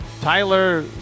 Tyler